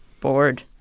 bored